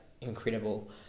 incredible